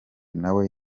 nawe